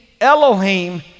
Elohim